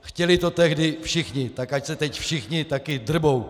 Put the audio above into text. Chtěli to tehdy všichni, tak ať se teď všichni také drbou.